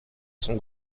son